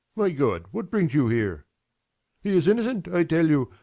my god! what brings you here? he is innocent, i tell you.